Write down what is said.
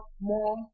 more